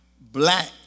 black